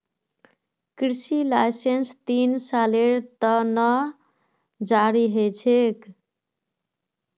कृषि लाइसेंस तीन सालेर त न जारी ह छेक